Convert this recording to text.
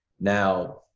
Now